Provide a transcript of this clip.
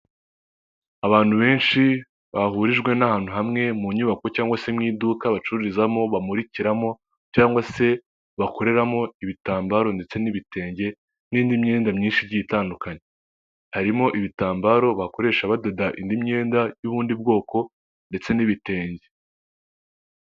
Abantu benshi bahurijwe n'ahantu hamwe mu nyubako cyangwa se mu iduka bacururizamo, bamurikiramo, cyangwa se bakoreramo ibitambaro ndetse n'ibitenge n'indi myenda myinshi itandukanye, harimo ibitambaro bakoresha badoda indi myenda y'ubundi bwoko ndetse n'ibitenge.